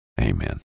Amen